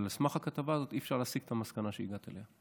אבל על סמך הכתבה הזאת אי-אפשר להסיק את המסקנה שהגעת אליה.